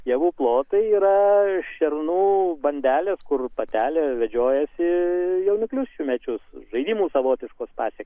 javų plotai yra šernų bandelės kur patelė vedžiojasi jauniklius šiųmečius žaidimų savotiškus pasekmės